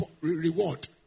reward